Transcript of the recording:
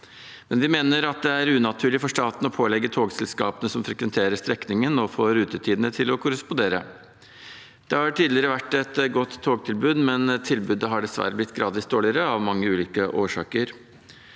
mener vi at det er unaturlig for staten å pålegge togselskapene som frekventerer strekningen, å få rutetidene til å korrespondere. Det har tidligere vært et godt togtilbud, men tilbudet har dessverre blitt gradvis dårligere – av mange ulike årsaker.